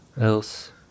Else